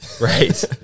Right